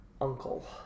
uncle